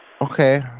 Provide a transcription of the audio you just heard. Okay